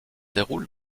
déroule